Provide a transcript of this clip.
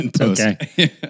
okay